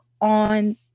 on